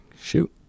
Shoot